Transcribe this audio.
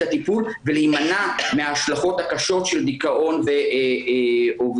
הטיפול ולהמנע מההשלכות הקשות של דיכאון ואובדנות.